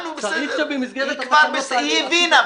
היא הבינה.